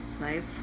life